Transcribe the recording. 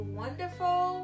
wonderful